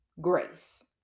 grace